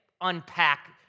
unpack